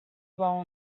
role